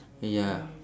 ya